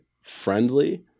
friendly